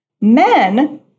Men